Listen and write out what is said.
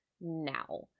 now